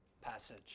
passage